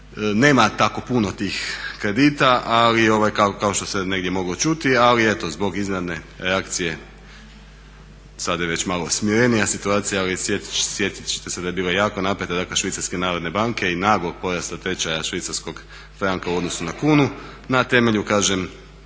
Nema tako puno tih kredita kao što se negdje moglo čuti, ali zbog iznenadne reakcije, sada je već malo smirenija situacija, ali sjetit ćete se da je bila jako napeta dakle Švicarske narodne banke i naglog porasta tečaja švicarskog franka u odnosu na kunu na temelju kažem